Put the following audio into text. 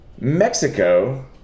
Mexico